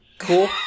Cool